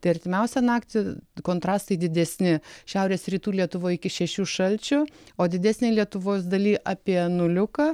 tai artimiausią naktį kontrastai didesni šiaurės rytų lietuvoj iki šešių šalčio o didesnėj lietuvos daly apie nuliuką